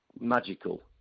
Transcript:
magical